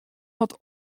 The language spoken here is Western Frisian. wat